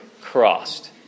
crossed